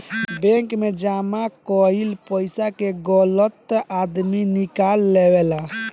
bank मे जमा कईल पइसा के गलत आदमी निकाल लेवेला